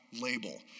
label